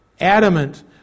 adamant